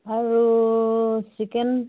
আৰু চিকেন